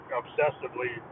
obsessively